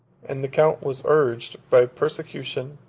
and the count was urged, by persecution,